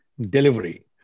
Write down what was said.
delivery